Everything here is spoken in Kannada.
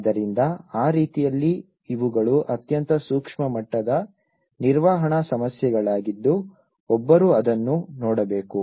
ಆದ್ದರಿಂದ ಆ ರೀತಿಯಲ್ಲಿ ಇವುಗಳು ಅತ್ಯಂತ ಸೂಕ್ಷ್ಮ ಮಟ್ಟದ ನಿರ್ವಹಣಾ ಸಮಸ್ಯೆಗಳಾಗಿದ್ದು ಒಬ್ಬರು ಅದನ್ನು ನೋಡಬೇಕು